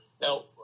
Now